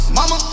Mama